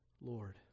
Lord